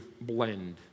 blend